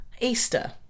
easter